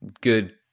good